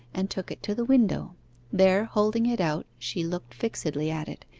and took it to the window there holding it out she looked fixedly at it,